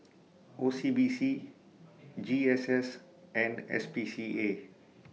O C B C G S S and S P C A